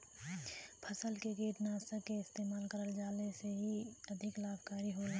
फसल में कीटनाशक के इस्तेमाल करल जाला जेसे की इ अधिक लाभकारी होला